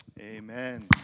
Amen